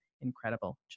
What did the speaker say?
incredible